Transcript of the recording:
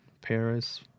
Paris